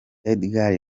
edgar